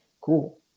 Cool